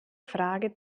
frage